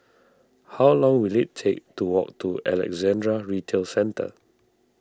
how long will it take to walk to Alexandra Retail Centre